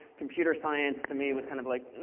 computer science to me was kind of like,